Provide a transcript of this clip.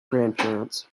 grandparents